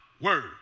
word